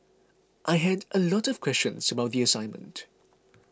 I had a lot of questions about the assignment